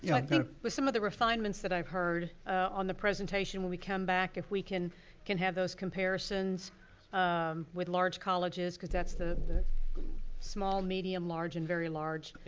i think with some of the refinements that i've heard on the presentation when we come back, if we can can have those comparisons um with large colleges cause that's the small, medium, large and very large.